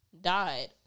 died